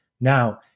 Now